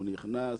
הוא נכנס,